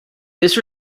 this